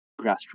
grassroots